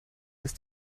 ist